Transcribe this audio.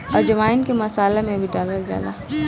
अजवाईन के मसाला में भी डालल जाला